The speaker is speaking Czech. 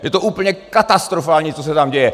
Je to úplně katastrofální, co se tam děje!